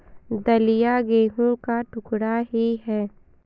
दलिया गेहूं का टुकड़ा ही है